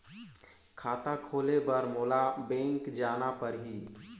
खाता खोले बर मोला बैंक जाना परही?